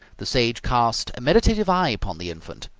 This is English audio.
the sage cast a meditative eye upon the infant.